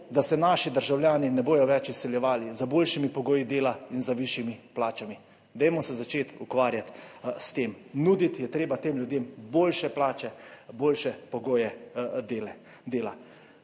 da se naši državljani ne bodo več izseljevali za boljšimi pogoji dela in z višjimi plačami. Dajmo se začeti ukvarjati s tem. Nuditi je treba tem ljudem boljše plače, boljše pogoje dela.